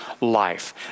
life